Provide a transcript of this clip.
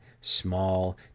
small